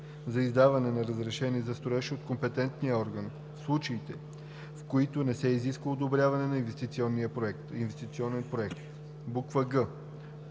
за издаване на разрешение за строеж от компетентния орган – в случаите, в които не се изисква одобряване на инвестиционен проект; г)